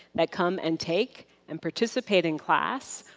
that come and take and participate in class,